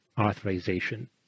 authorization